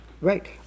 right